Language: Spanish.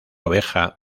oveja